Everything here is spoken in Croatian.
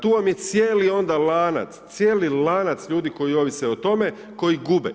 Tu vam je cijeli onda lanac, cijeli lanac ljudi koji ovise o tome, koji gube.